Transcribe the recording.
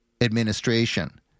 administration